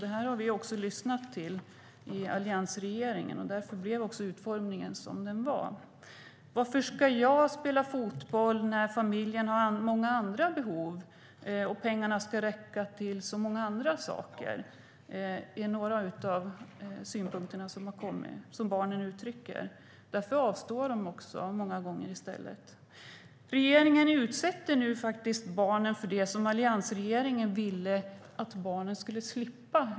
Det lyssnade vi till i alliansregeringen, och därför blev utformningen som den blev. Varför ska jag spela fotboll när familjen har många andra behov och pengarna ska räcka till så många andra saker? Det är en av de synpunkter som barnen uttrycker. Många gånger avstår de därför i stället. Regeringen utsätter nu barnen för det som alliansregeringen ville att barnen skulle slippa.